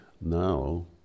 Now